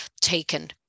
taken